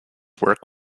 work